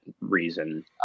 reason